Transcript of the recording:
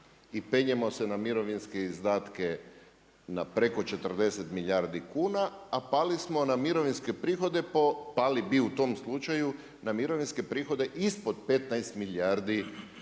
i penjemo se na mirovinske izdatke na preko 40 milijardi kuna, a pali smo na mirovinske prihode po, pali bi u tom slučaju na mirovinske prihode ispod 15 milijardi kuna.